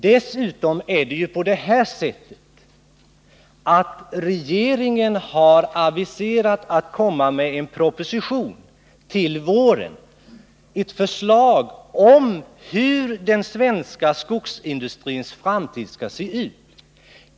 Regeringen har till våren aviserat en proposition med förslag om hur den svenska skogsindustrins framtid skall se ut.